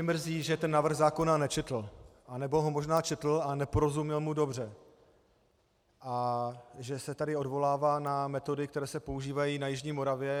Mrzí mě, že ten návrh zákona nečetl, nebo ho možná četl a neporozuměl mu dobře, a že se tady odvolává na metody, které se používají na jižní Moravě.